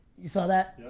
you saw that?